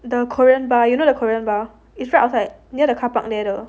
the korean bar you know the korean bar it's right outside at near the car park there 的